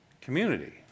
Community